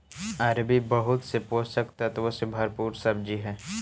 अरबी बहुत से पोषक तत्वों से भरपूर सब्जी हई